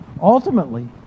ultimately